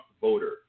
voter